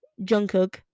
Jungkook